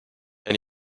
and